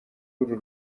w’uru